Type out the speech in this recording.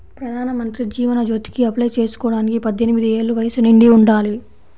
ప్రధానమంత్రి జీవన్ జ్యోతికి అప్లై చేసుకోడానికి పద్దెనిది ఏళ్ళు వయస్సు నిండి ఉండాలి